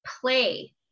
Play